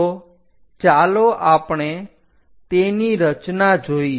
તો ચાલો આપણે તેની રચના જોઈએ